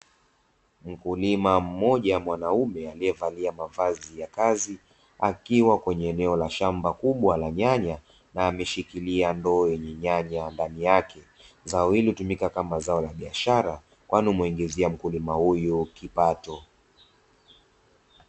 Mkulima mmoja mwanaume aliyevalia mavazi ya kazi akiwa kwenye eneo la shamba kubwa la nyanya na ameshikilia ndoo yenye nyanya ndani yake, zao hilo hutumika kama zao la biashara kwani humuingizia mkulima huyu kipato.